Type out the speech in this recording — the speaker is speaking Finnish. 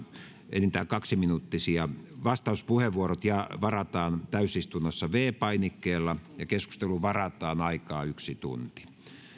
enintään kaksi minuuttisia vastauspuheenvuorot varataan täysistunnossa viidennellä painikkeella keskusteluun varataan aikaa yksi tunti